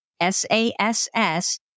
S-A-S-S